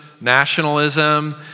nationalism